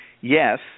yes